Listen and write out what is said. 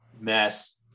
mess